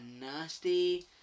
nasty